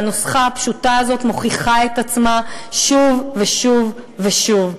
והנוסחה הפשוטה הזאת מוכיחה את עצמה שוב ושוב ושוב.